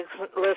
list